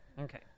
Okay